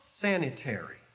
sanitary